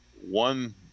one